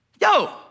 yo